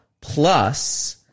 plus